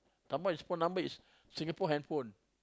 some more his phone number is Singapore handphone